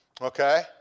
Okay